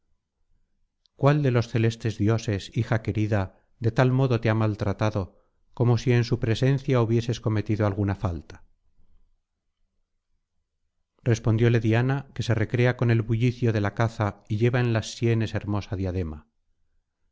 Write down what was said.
cuál de los celestes dioses hija querida de tal modo te ha maltratado como si en su presencia hubieses cometido alguna falta respondióle diana que se recrea con el bullicio de la caza y lleva en las sienes hermosa diadema